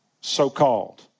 so-called